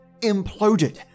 imploded